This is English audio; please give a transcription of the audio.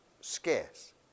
scarce